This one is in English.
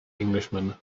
englishman